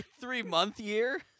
Three-month-year